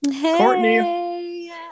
Courtney